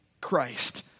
Christ